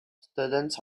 students